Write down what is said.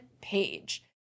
page